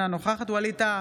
אינה נוכחת ווליד טאהא,